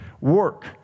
work